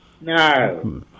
no